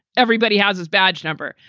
everybody has his badge number.